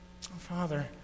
Father